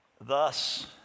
thus